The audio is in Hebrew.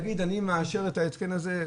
שיגיד שהוא מאשר את ההתקן הזה.